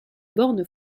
borne